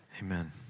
Amen